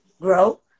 grow